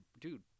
dude